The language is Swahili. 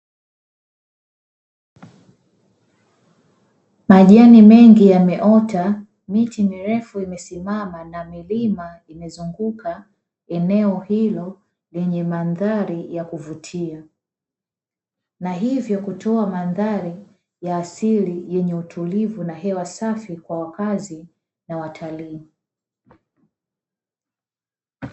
Majani mengi yameota miti mirefu imesimama na milima imezunguka eneo hilo, yenye mandhari ya kuvutia na hivyo kutoa mandhari ya asili yenye utulivu na hewa safi kwa wakazi na watalii.